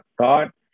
thought